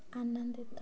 ଆନନ୍ଦିତ